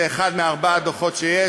זה אחד מארבעה הדוחות שיש.